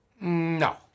No